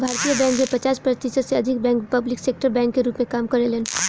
भारतीय बैंक में पचास प्रतिशत से अधिक बैंक पब्लिक सेक्टर बैंक के रूप में काम करेलेन